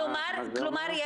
כלומר,